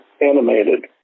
animated